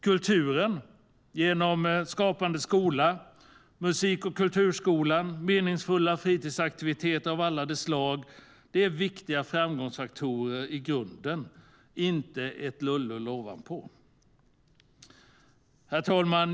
Kulturen - genom Skapande skola, musik och kulturskolan och meningsfulla fritidsaktiviteter av alla de slag - är en viktig framgångsfaktor i grunden, inte ett lullull ovanpå. Herr talman!